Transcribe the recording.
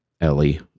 Ellie